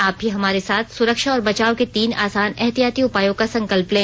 आप भी हमारे साथ सुरक्षा और बचाव के तीन आसान एहतियाती उपायों का संकल्प लें